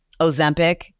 Ozempic